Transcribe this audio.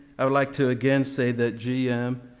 i would like to again say that g m.